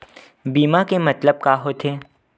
बीमा के मतलब का होथे?